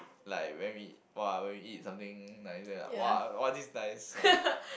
like when we !wah! when we eat something nice then like !wah! all these nice ah